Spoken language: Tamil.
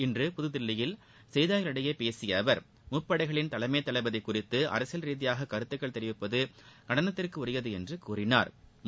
இன்று புதுதில்லியில் செய்தியாளர்களிடம் பேசிய அவர் முப்படைகளின் தலைமை தளபதி குறித்து அரசியல் ரீதியாக கருத்துக்கள் தெரிவிப்பது கண்டனத்திற்குரியது என்று கூறினாா்